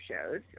shows